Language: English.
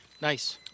Nice